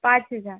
पाँच हज़ार